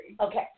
Okay